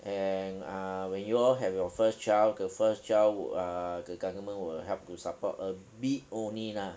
and err when you all have your first child the first child wou~ uh the government will help to support a bit only lah